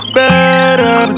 better